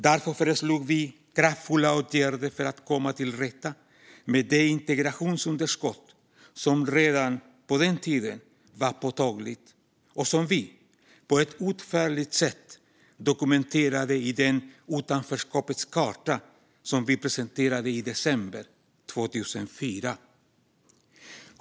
Därför föreslog vi kraftfulla åtgärder för att komma till rätta med det integrationsunderskott som redan på den tiden var påtagligt och som vi på ett utförligt sätt dokumenterade i Utanförskapets karta och presenterade i december 2004.